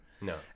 No